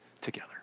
together